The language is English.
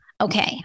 Okay